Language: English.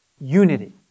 unity